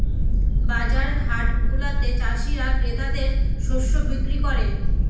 বাজার হাটগুলাতে চাষীরা ক্রেতাদের শস্য বিক্রি করে